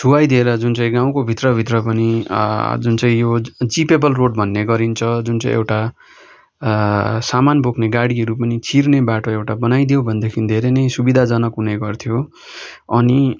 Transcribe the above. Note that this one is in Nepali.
छुवाइदिएर जुन चाहिँ गाउँको भित्रभित्र पनि जुन चाहिँ यो जिपेबल रोड भन्ने गरिन्छ जुन चाहिँ एउटा सामान बोक्ने गाडीहरू पनि छिर्ने बाटो एउटा बनाइदियो भनेदेखि धेरै नै सुविधाजनक हुने गर्थ्यो अनि